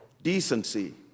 decency